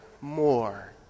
more